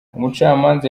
umucamanza